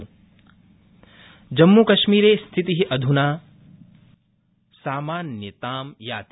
जम्मूकश्मीरस्थिति जम्मूकश्मीरे स्थिति अध्ना सामान्यतां याति